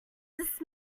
this